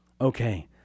Okay